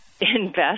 invest